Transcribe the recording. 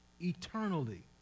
eternally